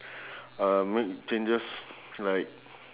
uh make changes like